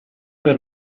per